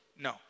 No